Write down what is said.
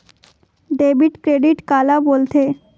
Debit credit काला बोल थे?